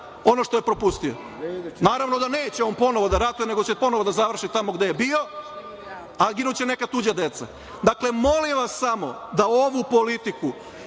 ono što je propustio. Naravno da neće on ponovo da ratuje nego će ponovo da završi tamo gde je bio, a ginuće neka tuđa deca. Dakle, molim vas samo da ovu politiku,